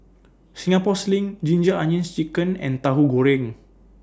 Singapore Sling Ginger Onions Chicken and Tahu Goreng